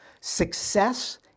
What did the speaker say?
Success